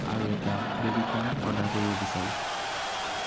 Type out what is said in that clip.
আৰু এটা baby corn order কৰিব বিচাৰোঁ